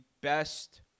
best